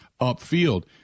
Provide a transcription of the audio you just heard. upfield